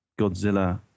Godzilla